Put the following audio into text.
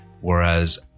Whereas